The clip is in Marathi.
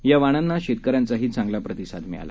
या वाणांना शेतकऱ्यांचाही चांगला प्रतिसाद मिळाला